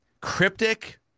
Cryptic